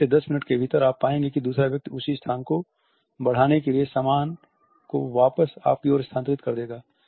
5 से 10 मिनट के भीतर आप पाएंगे कि दूसरा व्यक्ति उस स्थान को बढ़ाने के लिए सामान को वापस आपकी ओर स्थानांतरित कर देगा